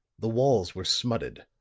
the walls were smutted,